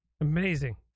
amazing